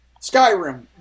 Skyrim